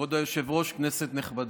כבוד היושב-ראש, כנסת נכבדה,